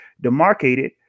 demarcated